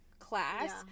class